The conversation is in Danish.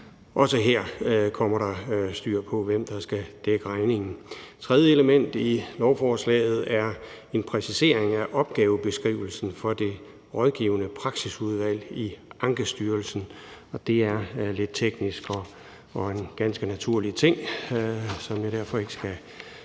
Også her kommer der styr på, hvem der skal dække regningen. Det tredje element i lovforslaget er en præcisering af opgavebeskrivelsen for Det Rådgivende Praksisudvalg i Ankestyrelsen. Det er lidt teknisk og en ganske naturlig ting, som jeg derfor ikke skal